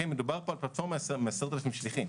מדובר פה על פלטפורמה עם 10,000 שליחים.